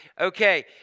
Okay